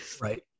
right